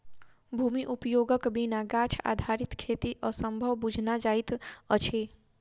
भूमि उपयोगक बिना गाछ आधारित खेती असंभव बुझना जाइत अछि